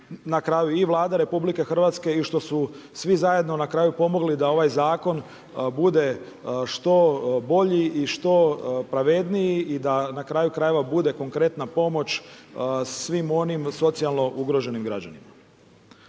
i Vlada RH i što su svi zajedno na kraju pomogli da ovaj zakon bude što bolji i što pravedniji i da na kraju krajeva, bude konkretna pomoć svim onim socijalno ugroženim građanima.